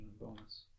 bonus